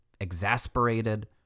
exasperated